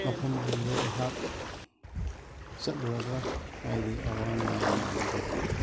ꯃꯐꯝ ꯑꯗꯨꯗ ꯑꯩꯍꯥꯛ ꯆꯠꯂꯨꯔꯒ ꯍꯥꯏꯗꯤ ꯑꯋꯥ ꯅꯨꯡꯉꯥꯏ ꯃꯌꯥꯝꯗꯣ